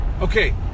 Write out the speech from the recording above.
Okay